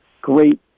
great